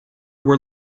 were